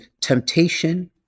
temptation